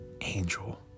angel